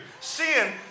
Sin